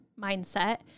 mindset